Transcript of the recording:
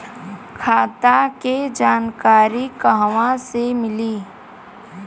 खाता के जानकारी कहवा से मिली?